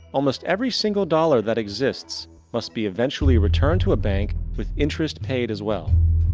almost every single dollar that exists must be eventually returned to a bank with interest payed as well.